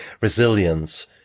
Resilience